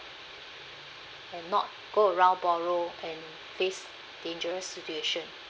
and not go around borrow and face dangerous situation